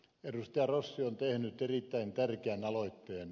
rossi on tehnyt erittäin tärkeän aloitteen